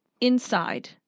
inside